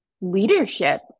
leadership